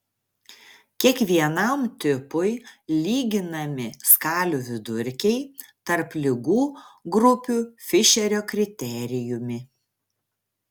kiekvienam tipui lyginami skalių vidurkiai tarp ligų grupių fišerio kriterijumi